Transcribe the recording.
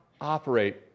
operate